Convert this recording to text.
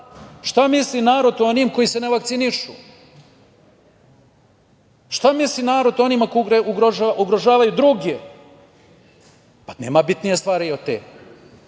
šta misli narod o onima koji se ne vakcinišu, šta misli narod o onima koji ugrožavaju druge? Nema bitnije stvari od